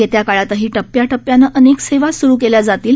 येत्या काळातही टप्प्या टप्प्यानं अनेक सेवा सुरु केल्या जातील